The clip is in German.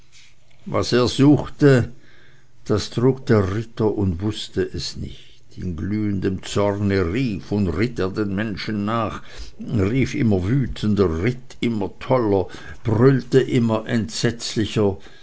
was er suchte das trug der ritter und wußte es nicht in glühendem zorne rief und ritt er den menschen nach rief immer wütender ritt immer toller brüllte immer entsetzlicher